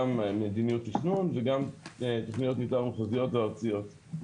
גם מדיניות תכנון וגם תוכניות מתאר מחוזיות וארציות.